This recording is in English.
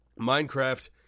Minecraft